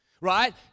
Right